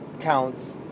counts